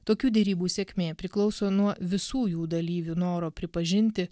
tokių derybų sėkmė priklauso nuo visų jų dalyvių noro pripažinti